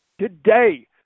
Today